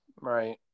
Right